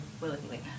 willingly